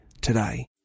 today